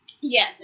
yes